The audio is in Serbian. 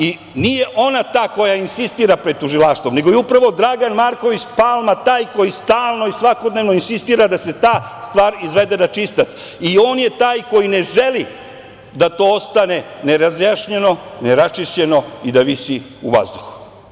I nije ona ta koja insistira pred tužilaštvom, nego je upravo Dragan Marković Palma taj koji stalno i svakodnevno insistira da se ta stvar izvede na čistac i on je taj koji ne želi da to ostane nerazjašnjeno, neraščišćeno i da visi u vazduhu.